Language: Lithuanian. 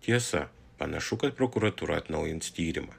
tiesa panašu kad prokuratūra atnaujins tyrimą